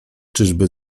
czyżby